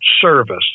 service